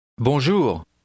Bonjour. «